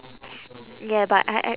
ya but I I